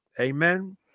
Amen